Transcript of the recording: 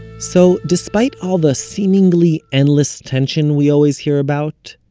so, despite all the seemingly endless tension we always hear about,